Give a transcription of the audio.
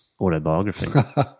autobiography